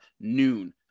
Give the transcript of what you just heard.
noon